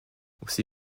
aussi